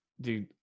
Dude